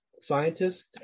scientists